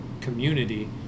community